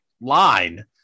line